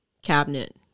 cabinet